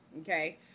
okay